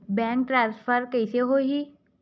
Bank transfer कइसे होही?